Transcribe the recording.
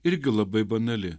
irgi labai banali